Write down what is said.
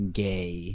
gay